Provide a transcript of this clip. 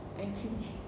and clean